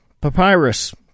Papyrus